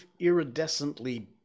iridescently